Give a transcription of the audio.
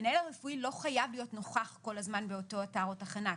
המנהל הרפואי לא חייב להיות נוכח כל הזמן באותו אתר או תחנה,